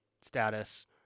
status